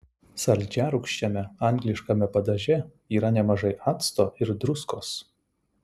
saldžiarūgščiame angliškame padaže yra nemažai acto ir druskos